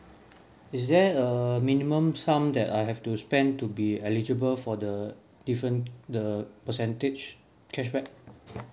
is there a minimum sum that I have to spend to be eligible for the different the percentage cashback